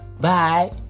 Bye